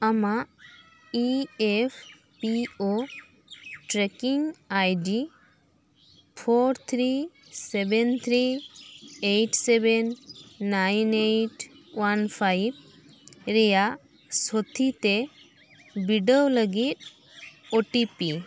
ᱟᱢᱟᱜ I F P O tracking ID four three seven three eight seven nine eight one five ᱨᱮᱱᱟᱜ ᱥᱚᱛᱷᱤᱛᱮ ᱵᱤᱰᱟᱹᱣ ᱞᱟᱹᱜᱤᱫ O T P